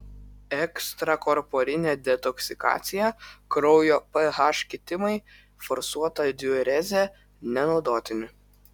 ekstrakorporinė detoksikacija kraujo ph kitimai forsuota diurezė nenaudotini